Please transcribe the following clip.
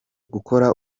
gukora